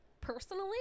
personally